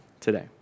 today